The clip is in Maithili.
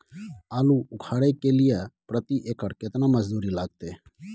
आलू उखारय के लिये प्रति एकर केतना मजदूरी लागते?